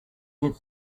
get